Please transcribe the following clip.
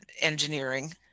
engineering